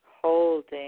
Holding